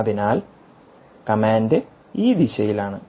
അതിനാൽ കമാൻഡ് ഈ ദിശയിൽ ആണ്